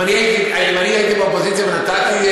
אם אני הייתי באופוזיציה ונתתי,